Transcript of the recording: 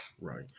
Right